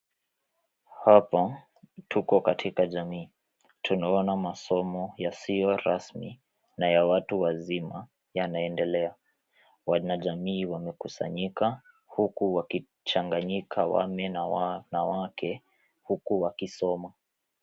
Hapa tuko katika jamii tunaona masomo yasiyo rasmi na ya watu wazima yanaendelea. Wanajamii wamekusanyika huku wakichanganyika wame na wake huku wakisoma.